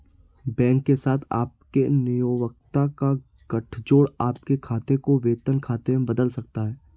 bank के साथ आपके नियोक्ता का गठजोड़ आपके खाते को वेतन खाते में बदल सकता है